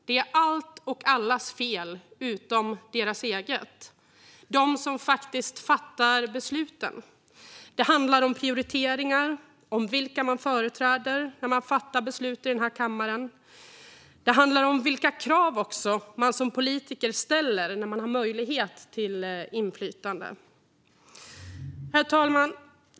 Det är allas fel utom deras eget, trots att det faktiskt är de som fattar besluten. Det handlar om prioriteringar, om vilka man företräder när man fattar beslut i den här kammaren. Det handlar om vilka krav som man som politiker ställer när man har möjlighet till inflytande. Herr talman!